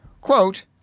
quote